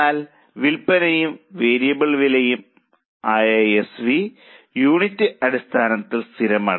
എന്നാൽ വിൽപനയും വേരിയബിൾ വിലയും ആയ എസ് വി യൂണിറ്റ് അടിസ്ഥാനത്തിൽ സ്ഥിരമാണ്